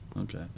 okay